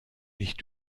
nicht